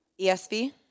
ESV